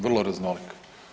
Vrlo raznolik.